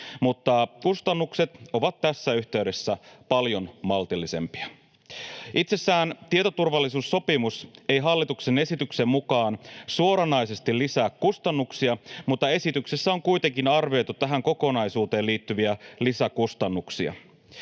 mutta kustannukset ovat tässä yhteydessä paljon maltillisempia. Itsessään tietoturvallisuussopimus ei hallituksen esityksen mukaan suoranaisesti lisää kustannuksia, mutta esityksessä on kuitenkin arvioitu tähän kokonaisuuteen liittyviä lisäkustannuksia: